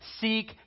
Seek